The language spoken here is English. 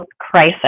crisis